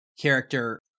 character